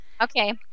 Okay